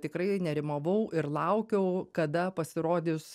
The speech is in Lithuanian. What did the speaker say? tikrai nerimavau ir laukiau kada pasirodys